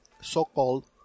so-called